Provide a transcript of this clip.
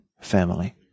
family